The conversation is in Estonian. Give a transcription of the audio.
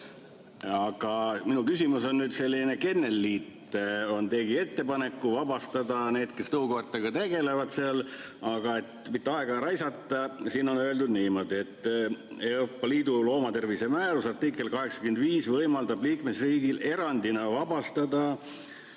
Aga minu küsimus on selline: kennelliit tegi ettepaneku vabastada need, kes tõukoertega tegelevad. Et mitte aega raisata, siin on öeldud niimoodi: "Euroopa Liidu loomatervise määruse artikkel 85 võimaldab liikmesriigil erandina vabastada